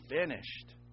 finished